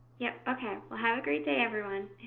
yeah ok, well have a great day, everyone.